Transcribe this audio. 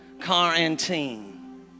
quarantine